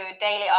daily